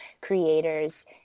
creators